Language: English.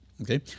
okay